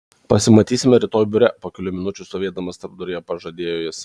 pasimatysime rytoj biure po kelių minučių stovėdamas tarpduryje pažadėjo jis